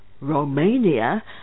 Romania